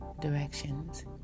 directions